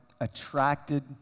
attracted